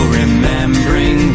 remembering